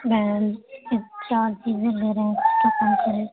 میم یہ چار چیزیں لے رہیں کچھ تو کم کریے